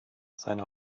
seine